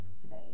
today